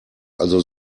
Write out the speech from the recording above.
also